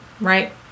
right